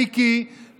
מיקי,